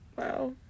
wow